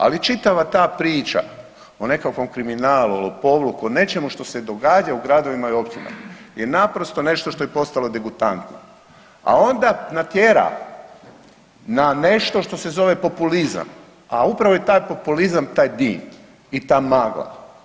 Ali čitava ta priča o nekakvom kriminalu, lopovluku, nečemu što se događa u gradovima i općinama je naprosto nešto što je postalo degutantno, a onda natjera na nešto što se zove populizam, a upravo je taj populizam taj dim i ta magla.